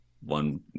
one